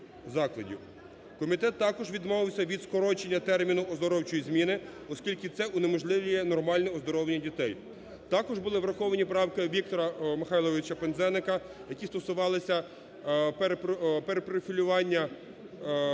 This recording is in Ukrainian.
Комітет також відмовився від скорочення терміну оздоровчої зміни, оскільки це унеможливлює нормальне оздоровлення дітей. Також були враховані правки Віктора Михайловича Пинзеника, які стосувалися перепрофілювання